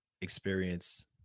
experience